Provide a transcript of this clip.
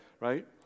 right